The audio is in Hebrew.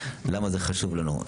למה זה חשוב לנו.